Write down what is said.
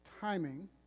timing